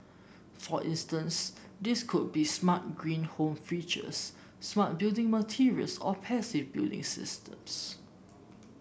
for instance these could be smart green home features smart building materials or passive building systems